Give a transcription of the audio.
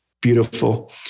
beautiful